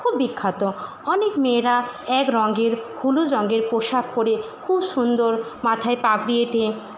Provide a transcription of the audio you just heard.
খুব বিখ্যাত অনেক মেয়েরা এক রঙের হলুদ রঙের পোশাক পরে খুব সুন্দর মাথায় পাগড়ি এঁটে